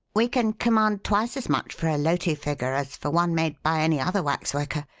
we can command twice as much for a loti figure as for one made by any other waxworker.